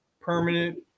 permanent